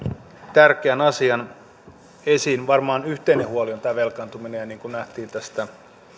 tärkeän asian esiin varmaan yhteinen huoli on tämä velkaantuminen ja niin kuin nähtiin tästä